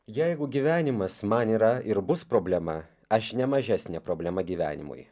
jeigu gyvenimas man yra ir bus problema aš ne mažesnė problema gyvenimui